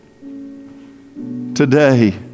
today